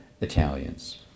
Italians